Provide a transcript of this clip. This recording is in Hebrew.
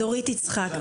דורית יצחק.